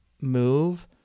move